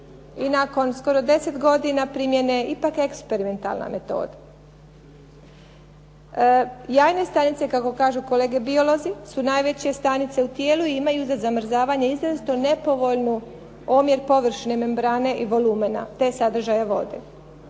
i nakon skoro 10 godina primjene ipak eksperimentalna metoda. Jajne stanice kako kažu kolege biolozi su najveće stanice u tijelu i imaju za zamrzavanje izrazito nepovoljnu omjer površine membrane i volumena, te sadržaja vode.